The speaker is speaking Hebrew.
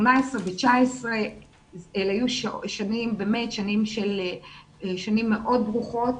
2018 ו-2019 אלה היו באמת שנים מאוד ברוכות